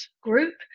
Group